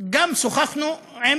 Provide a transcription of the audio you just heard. גם שוחחנו עם